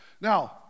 Now